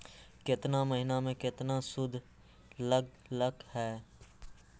केतना महीना में कितना शुध लग लक ह?